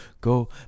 go